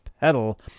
pedal